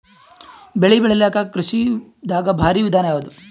ಬೆಳೆ ಬೆಳಿಲಾಕ ಕೃಷಿ ದಾಗ ಭಾರಿ ವಿಧಾನ ಯಾವುದು?